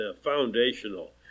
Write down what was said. foundational